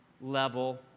level